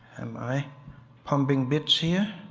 am i pumping bits here?